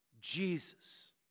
Jesus